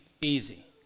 easy